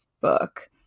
book